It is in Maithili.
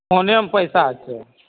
फोनेमे पैसा छै